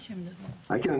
(תרגום חופשי מהשפה האנגלית): אני למעשה יכול